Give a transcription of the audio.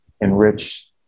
enrich